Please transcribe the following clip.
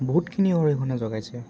বহুতখিনি অৰিহণা যোগাইছে